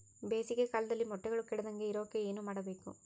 ಬೇಸಿಗೆ ಕಾಲದಲ್ಲಿ ಮೊಟ್ಟೆಗಳು ಕೆಡದಂಗೆ ಇರೋಕೆ ಏನು ಮಾಡಬೇಕು?